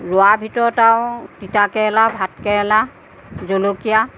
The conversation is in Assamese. ৰোৱাৰ ভিতৰত আৰু তিতা কেৰেলা ভাত কেৰেলা জলকীয়া